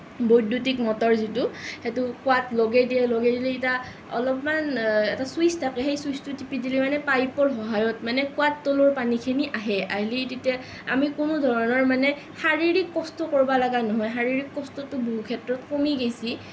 বৈদ্যূতিক মতৰ যিটো সেইটো কুৱাত লগাই দিয়াৰ লগে লগে এতিয়া অলপমান এটা চুইচ থাকে সেই চুইচটো টিপি দিলে মানে পাইপৰ সহায়ত মানে কুৱাৰ তলৰ পানীখিনি আহে আহলি তেতিয়া আমি কোনো ধৰণৰ মানে শাৰীৰিক কষ্ট কৰিব লগা নহয় শাৰীৰিক কষ্টটো বহুত ক্ষেত্ৰত কমি গৈছে